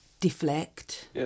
deflect